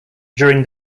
during